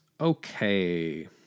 Okay